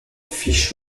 fish